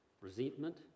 resentment